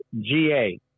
GA